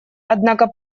однако